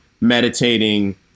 meditating